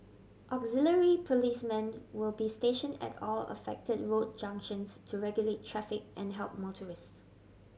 auxiliary policemen will be station at all affected road junctions to regulate traffic and help motorists